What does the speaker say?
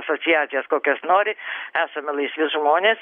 asociacijas kokias nori esame laisvi žmonės